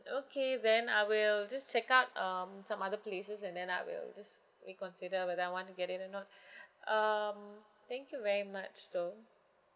okay then I will just check out um some other places and then I will just reconsider whether I want to get it or not um thank you very much though